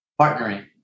partnering